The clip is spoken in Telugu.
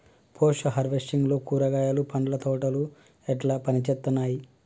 పోస్ట్ హార్వెస్టింగ్ లో కూరగాయలు పండ్ల తోటలు ఎట్లా పనిచేత్తనయ్?